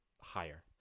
higher